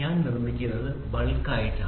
ഞാൻ നിർമ്മിക്കുന്നത് ബൾക്കായിട്ടാണ്